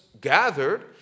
gathered